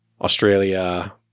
Australia